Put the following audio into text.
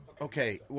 okay